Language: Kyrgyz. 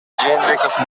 жээнбеков